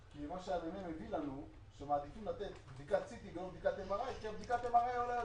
כי מעדיפים לתת בדיקת CT ולא בדיקת MRI כי בדיקת ה-MRI עולה יותר,